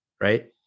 right